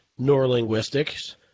neurolinguistics